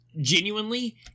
genuinely